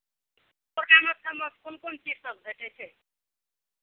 तोरा दोकानमे कोन कोन चीजसभ भेटै छै